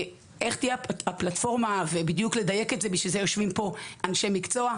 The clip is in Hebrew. הדיוק של האופן שבו תפעל הפלטפורמה בשביל זה יושבים פה אנשי מקצוע: